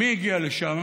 מי הגיע לשם?